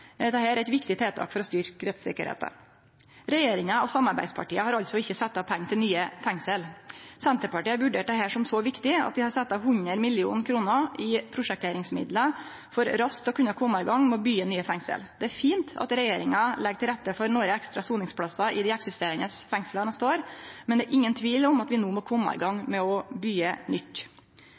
er eit viktig tiltak for å styrkje rettssikkerheita. Regjeringa og samarbeidspartia har altså ikkje sett av pengar til nye fengsel. Senterpartiet har vurdert dette som så viktig at vi har sett av 100 mill. kr i prosjekteringsmidlar for raskt å kunne kome i gang med å byggje nye fengsel. Det er fint at regjeringa legg til rette for nokre ekstra soningsplassar i dei eksisterande fengsla neste år, men det er ingen tvil om at vi no må kome i gang med å byggje nytt.